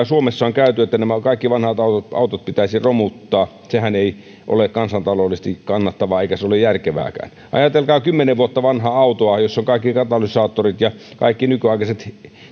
suomessa on käyty sitä keskustelua että nämä kaikki vanhat autot autot pitäisi romuttaa niin sehän ei ole kansantaloudellisesti kannattavaa eikä se ole järkevääkään ajatelkaa kymmenen vuotta vanhaa autoa jossa on kaikki katalysaattorit ja kaikki nykyaikaiset välineet